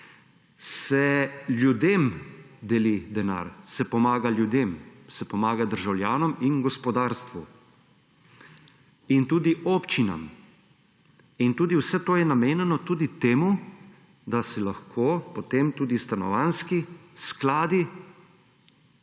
se ljudem deli denar, se pomaga ljudem, se pomaga državljanom in gospodarstvu in tudi občinam in tudi vse to je namenjeno temu, da si lahko potem tudi stanovanjski skladi